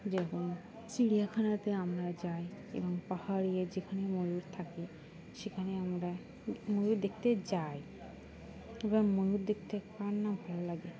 যেমন চিড়িয়াখানাতে আমরা যাই এবং পাহাড়ে যেখানে ময়ূর থাকে সেখানে আমরা ময়ূর দেখতে যাই এবার ময়ূর দেখতে কার না ভালো লাগে